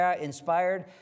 inspired